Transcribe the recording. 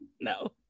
no